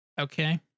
Okay